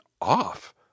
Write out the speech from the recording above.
off